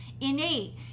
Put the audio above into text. innate